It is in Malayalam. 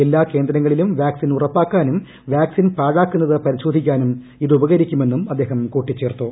എല്ലാ കേന്ദ്രങ്ങളിലും വാക്സിൻ ഉറപ്പാക്കാനും വാക്സിൻ പാഴാക്കുന്നത് പരിശോധിക്കാനും ഇത് ഉപകരിക്കുമെന്നും അദ്ദേഹം കൂട്ടിച്ചേർത്തു